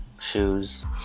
shoes